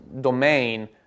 domain